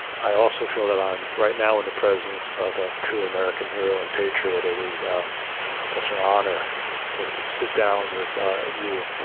i also feel that i'm right now in the presence of a true american hero and patriot. it is such an honor to sit down with you,